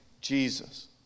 Jesus